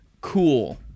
cool